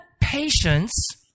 patience